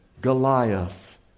Goliath